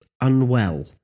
unwell